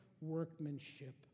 workmanship